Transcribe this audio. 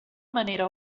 manera